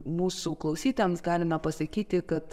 mūsų klausytojams galime pasakyti kad